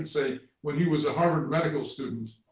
and say, when he was a harvard medical student,